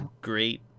great